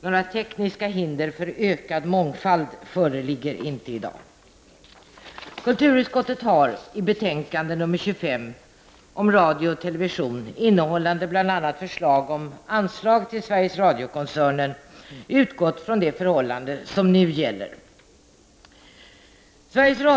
Några tekniska hinder för ökad mångfald föreligger inte i dag. Kulturutskottet har i betänkande nr 25 om radio och television — innehållande bl.a. förslag om anslag till Sveriges Radio-koncernen — utgått från det förhållande som nu gäller.